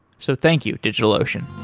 so thank you, digitalocean